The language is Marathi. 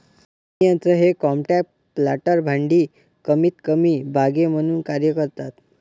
पेरणी यंत्र हे कॉम्पॅक्ट प्लांटर भांडी कमीतकमी बागे म्हणून कार्य करतात